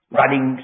running